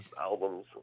albums